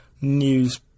news